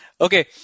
Okay